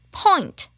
point